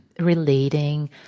relating